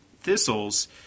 thistles